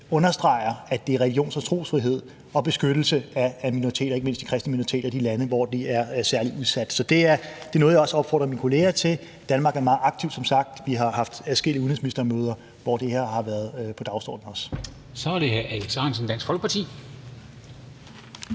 understreger, at det er religions- og trosfrihed og beskyttelse af minoriteter, ikke mindst de kristne minoriteter, i de lande, hvor de er særlig udsat. Så det er noget, jeg også opfordrer mine kolleger til. Danmark er meget aktiv som sagt; vi har haft adskillige udenrigsministermøde, hvor det her har været på dagsordenen. Kl. 20:18 Formanden (Henrik